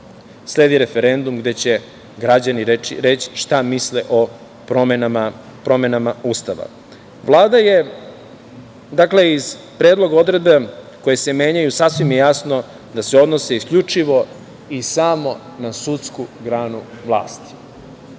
sledi referendum, gde će građani reći šta misle o promenama Ustava. Dakle, predlog odredaba koje se menjaju sasvim je jasno da se odnose isključivo i samo na sudsku granu vlasti.